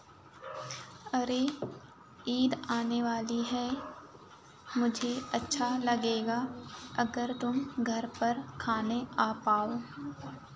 अरे ईद आने वाली है मुझे अच्छा लगेगा अगर तुम घर पर खाने आ पाओ